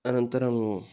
अनन्तरम्